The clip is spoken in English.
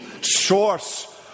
source